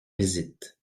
visites